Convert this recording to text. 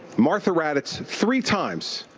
martha raddatz, three times,